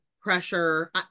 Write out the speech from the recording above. pressure